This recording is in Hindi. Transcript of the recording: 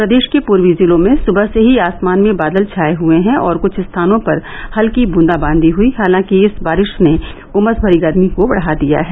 प्रदेष के पूर्वी जिलों में सुबह से ही आसमान में बादल छाये हये हैं और कुछ स्थानों पर हल्की ब्रंदाबांदी हुयी हालांकि इस बारिष ने उमस भरी गर्मी को बढ़ा दिया है